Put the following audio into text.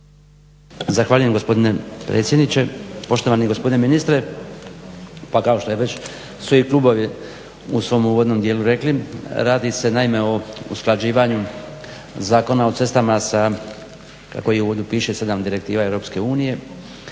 Zahvaljujem gospodine predsjedniče. Poštovani gospodine ministre, pa kao što su već i klubovi u svom uvodnom dijelu rekli radi se naime o usklađivanju Zakona o cestama sa, kako i u uvodu piše, 7. direktiva EU. Pa onda